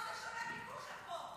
מה זה שונה מכולכם פה?